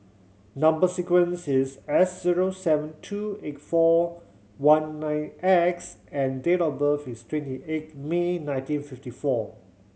number sequence is S zero seven two eight four one nine X and date of birth is twenty eight May nineteen fifty four